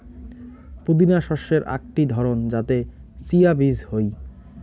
পুদিনা শস্যের আকটি ধরণ যাতে চিয়া বীজ হই